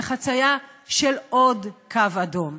וחציה של עוד קו אדום.